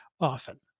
often